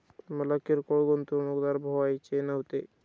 मला किरकोळ गुंतवणूकदार व्हायचे नव्हते